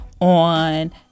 on